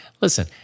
listen